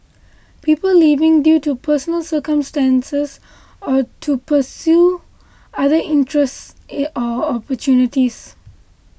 people leaving due to personal circumstances or to pursue other interests or opportunities